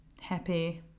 happy